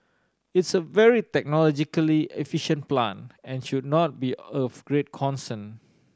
it's a very technologically efficient plant and should not be of great concern